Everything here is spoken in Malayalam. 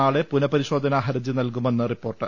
നാളെ പുനപരിശോധന ഹരജി നൽകുമെന്ന് റിപ്പോർട്ട്